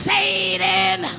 Satan